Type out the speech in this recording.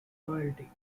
loyalty